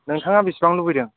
नोंथाङा बेसेबां लुबैदों